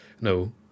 no